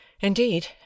Indeed